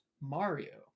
Mario